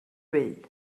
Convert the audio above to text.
vell